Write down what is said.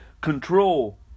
control